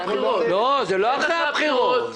לא, זה לא אחרי הבחירות.